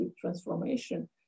transformation